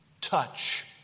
touch